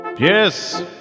Yes